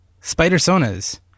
Spider-sonas